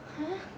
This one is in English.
!huh!